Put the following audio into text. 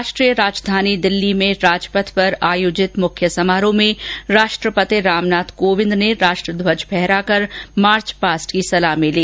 राष्ट्रीय राजधानी दिल्ली में राजपथ पर आयोजित मुख्य समारोह में राष्ट्रपति रामनाथ कोविंद ने राष्ट्र ध्वज फहराकर मार्चपास्ट की सलामी ली